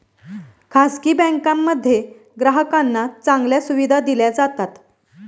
खासगी बँकांमध्ये ग्राहकांना चांगल्या सुविधा दिल्या जातात